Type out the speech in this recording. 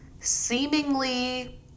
seemingly